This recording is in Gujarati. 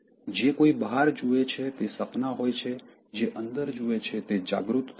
જે કોઈ બહાર જુએ છે તે સપના હોય છે જે અંદર જુએ છે તે જાગૃત થાય છે